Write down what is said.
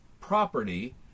property